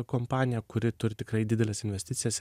kompanija kuri turi tikrai dideles investicijas